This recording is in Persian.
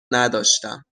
نداشتم